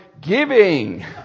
giving